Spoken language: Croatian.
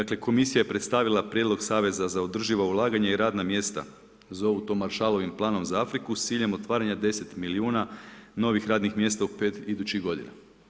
Dakle, Komisija je predstavila prijedlog Saveza za održivo ulaganje i radna mjesta, zovu to Maršalovim planom za Afriku s ciljem otvaranja 10 milijuna novih radnih mjesta u 5 idućih godina.